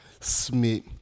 Smith